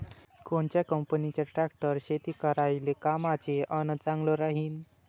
कोनच्या कंपनीचा ट्रॅक्टर शेती करायले कामाचे अन चांगला राहीनं?